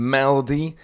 Melody